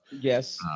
yes